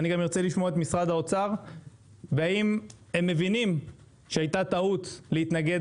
אני ארצה לשמוע את משרד האוצר והאם הם מבינים שהייתה טעות להיכנס